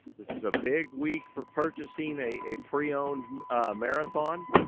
this is a big week for purchasing a pre-owned marathon,